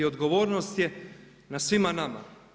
Odgovornost je na svima nama.